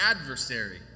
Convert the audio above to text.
adversary